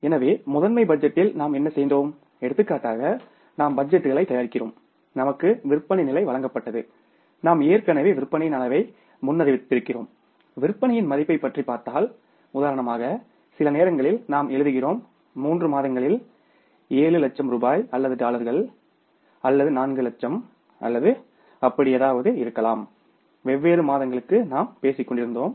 எனவே முதன்மை பட்ஜெட்டில் நாம் என்ன செய்தோம்எடுத்துக்காட்டாக நாம் பட்ஜெட்டுகளைத் தயாரிக்கிறோம் நமக்கு விற்பனை நிலை வழங்கப்பட்டது நாம் ஏற்கனவே விற்பனையின் அளவை முன்னறிவித்திருக்கிறோம் விற்பனையின் மதிப்பைப் பற்றி பார்த்தால் உதாரணமாகசில நேரங்களில் நாம் எழுதுகிறோம் மூன்று மாதங்களில் 7 லட்சம் ரூபாய் அல்லது டாலர்கள் அல்லது 4 லட்சம் அல்லது அப்படி ஏதாவது இருக்கலாம் வெவ்வேறு மாதங்களுக்கு நாம் பேசிக் கொண்டிருந்தோம்